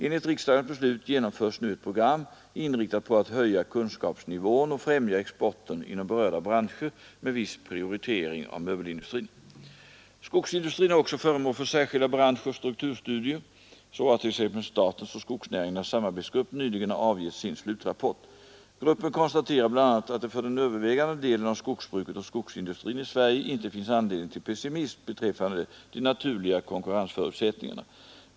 Enligt riksdagens beslut genomförs nu ett program inriktat på att höja kunskapsnivån och främja exporten inom berörda branscher med viss prioritering av möbelindustrin. Skogsindustrin är också föremål för särskilda branschoch strukturstudier. Så har t.ex. statens och skogsnäringarnas samarbetsgrupp nyligen avgett sin slutrapport. Gruppen konstaterar bl.a. att det för den övervägande delen av skogsbruket och skogsindustrin i Sverige inte finns anledning till pessimism beträffande de naturliga konkurrensförutsättningarna.